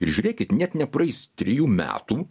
ir žiūrėkit net nepraeis trijų metų